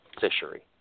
fishery